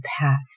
past